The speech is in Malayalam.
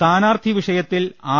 സ്ഥാനാർത്ഥി വിഷയത്തിൽ ആർ